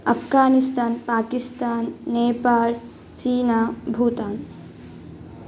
Afghanistan Pakistan Nepal China Bhutan